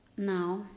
Now